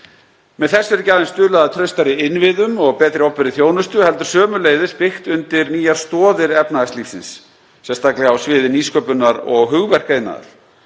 Með þessu er ekki aðeins stuðlað að traustari innviðum og betri opinberri þjónustu heldur sömuleiðis byggt undir nýjar stoðir efnahagslífsins, sérstaklega á sviði nýsköpunar og hugverkaiðnaðar.